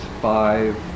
five